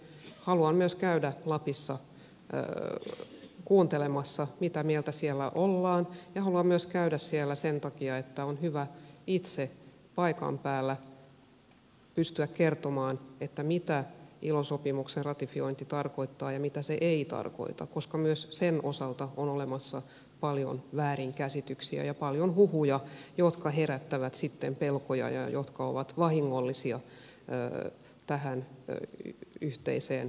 haluan käydä lapissa kuuntelemassa mitä mieltä siellä ollaan ja haluan käydä siellä myös sen takia että on hyvä itse paikan päällä pystyä kertomaan mitä ilo sopimuksen ratifiointi tarkoittaa ja mitä se ei tarkoita koska myös sen osalta on olemassa paljon väärinkäsityksiä ja paljon huhuja jotka herättävät sitten pelkoja ja jotka ovat vahingollisia tähän yhteiseen ilmapiiriin nähden